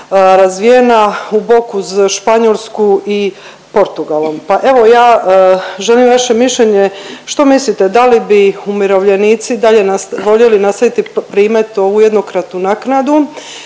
razvijena uz bok uz Španjolsku i Portugalom, pa evo ja želim vaše mišljenje što mislite da li bi umirovljenici dalje voljeli nastaviti primati ovu jednokratnu naknadu,